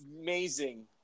amazing